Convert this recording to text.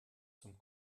zum